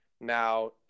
Now